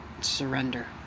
surrender